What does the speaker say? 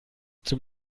zum